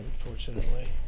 unfortunately